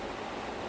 that's true